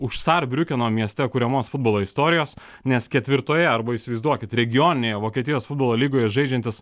už sarbriukeno mieste kuriamos futbolo istorijos nes ketvirtoje arba įsivaizduokit regioninėje vokietijos futbolo lygoje žaidžiantis